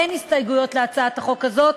אין הסתייגויות להצעת החוק הזאת,